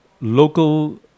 local